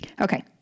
Okay